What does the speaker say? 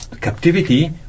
captivity